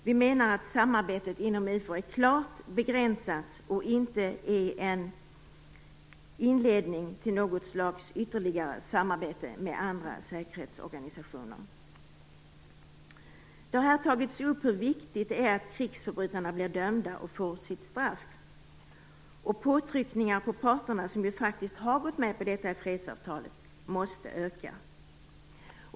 Vi menar att samarbetet inom IFOR är klart begränsat. Det är inte en inledning till något ytterligare samarbete med andra säkerhetsorganisationer. Det har tagits upp hur viktigt det är att krigsförbrytarna blir dömda och får sitt straff. Påtryckningarna på parterna, som faktiskt har gått med på detta fredsavtal, måste öka.